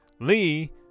Lee